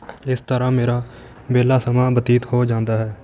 ਇਸ ਤਰ੍ਹਾਂ ਮੇਰਾ ਵਿਹਲਾ ਸਮਾਂ ਬਤੀਤ ਹੋ ਜਾਂਦਾ ਹੈ